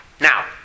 Now